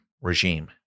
Regime